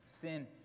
Sin